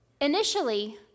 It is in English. initially